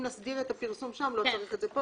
אם נסדיר את הפרסום שם לא צריך את זה פה.